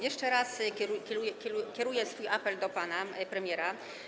Jeszcze raz kieruję swój apel do pana premiera.